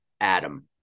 Adam